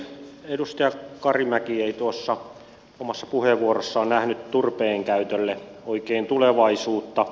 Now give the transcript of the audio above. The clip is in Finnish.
edustaja karimäki ei tuossa omassa puheenvuorossaan nähnyt turpeen käytölle oikein tulevaisuutta